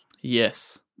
yes